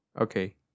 Okay